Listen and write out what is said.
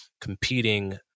competing